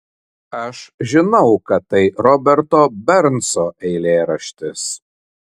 aš žinau kad tai roberto bernso eilėraštis